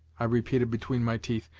i repeated, between my teeth,